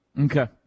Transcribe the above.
Okay